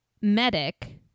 medic